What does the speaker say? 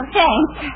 thanks